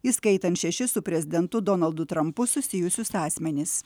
įskaitant šešis su prezidentu donaldu trampu susijusius asmenis